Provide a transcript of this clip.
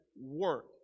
work